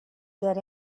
there